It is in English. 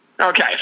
Okay